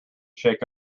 shake